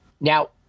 Now